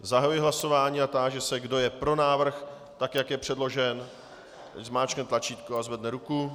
Zahajuji hlasování a táži se, kdo je pro návrh, tak jak je předložen, ať zmáčkne tlačítko a zvedne ruku.